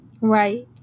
Right